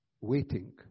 waiting